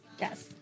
Yes